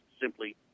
simply